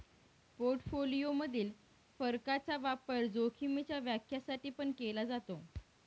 portfolio मधील फरकाचा वापर जोखीमीच्या व्याख्या साठी पण केला जातो